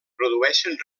produeixen